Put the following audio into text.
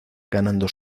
ganando